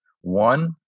one